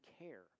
care